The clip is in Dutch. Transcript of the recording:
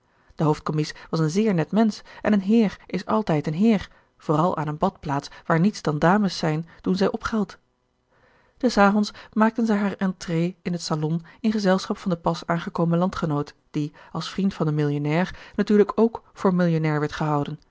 de hoofdcommies was een zeer net mensch en een heer is altijd een heer vooral aan eene badplaats waar niets dan dames zijn doen zij opgeld des avonds maakten zij haar entrée in het salon in gezelschap van den pas aangekomen landgenoot die als vriend van den millionnair natuurlijk ook voor millionnair werd gehouden